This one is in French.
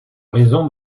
raison